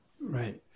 right